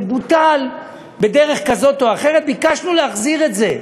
זה בוטל בדרך כזאת או אחרת, ביקשנו להחזיר את זה.